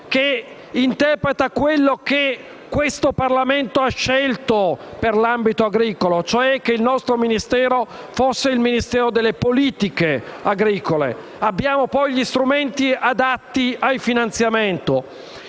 che interpreta quanto il Parlamento ha scelto per l'ambito agricolo, e cioè che il nostro fosse il Ministero «delle politiche agricole». Abbiamo poi gli strumenti adatti al finanziamento,